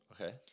Okay